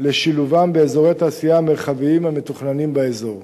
לשילובם באזורי תעשייה מרחביים המתוכננים באזור.